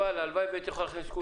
הלוואי והייתי יכול להכניס את כולם.